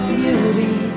beauty